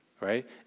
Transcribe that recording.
right